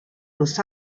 los